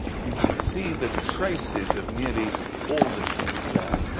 you can see the traces of nearly all the teeth there.